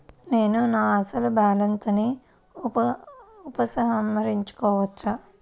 నేను నా అసలు బాలన్స్ ని ఉపసంహరించుకోవచ్చా?